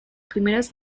primeras